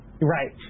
Right